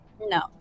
No